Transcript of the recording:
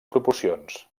proporcions